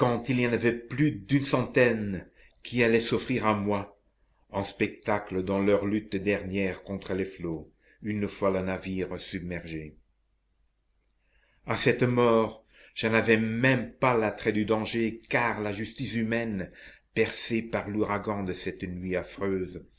il y en avait plus d'une centaine qui allaient s'offrir à moi en spectacle dans leur lutte dernière contre les flots une fois le navire submergé a cette mort je n'avais même pas l'attrait du danger car la justice humaine bercée par l'ouragan de cette nuit affreuse